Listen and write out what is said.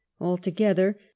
altogether